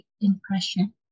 impression